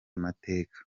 amateka